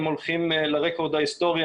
אם הולכים לרקורד ההיסטורי,